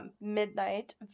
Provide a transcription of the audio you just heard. midnight